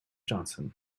johnson